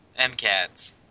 MCATS